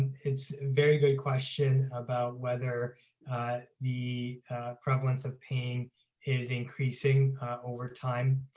it's very good question about whether the prevalence of pain is increasing over time,